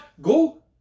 Go